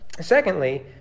Secondly